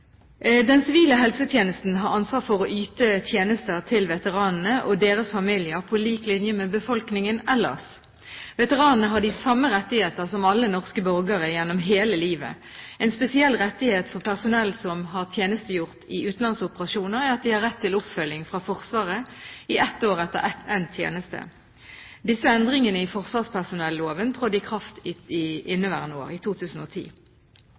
Den sivile helsetjenesten har ansvar for å yte tjenester til veteranene og deres familier på lik linje med befolkningen ellers. Veteranene har de samme rettigheter som alle norske borgere gjennom hele livet. En spesiell rettighet for personell som har tjenestegjort i utenlandsoperasjoner, er at de har rett til oppfølging fra Forsvaret i ett år etter endt tjeneste. Disse endringene i forsvarspersonelloven trådte i kraft i inneværende år, i 2010.